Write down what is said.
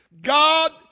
God